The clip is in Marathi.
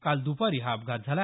काल द्पारी हा अपघात झाला